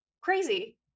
crazy